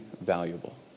valuable